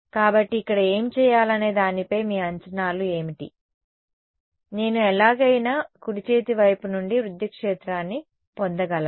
కాబట్టి ఇక్కడ ఏమి చేయాలనే దానిపై మీ అంచనాలు ఏమిటి నేను ఎలాగైనా కుడిచేతి వైపు నుండి విద్యుత్ క్షేత్రాన్ని పొందగలనా